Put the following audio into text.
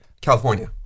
California